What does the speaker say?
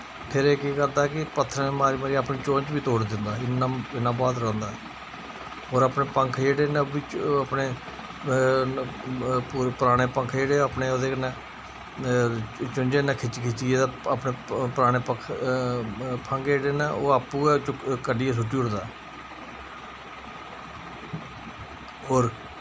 फिर एह् केह् करदा कि पत्थरें पर मारी मारियै एह् अपनी चोंच बी तोड़ी दिंदा ऐ इन्ना इ्नना बहादुर होंदा होर अपने पंख जेह्ड़े न अपने पराने पंख जेह्ड़े अपने ओह्दे कन्नै चुंजै न खिच्ची खिचियै ते अपने पराने पंख फंग जेह्ड़े न ओह् आपूं गै कड्ढियै सुट्टी ओड़दा होर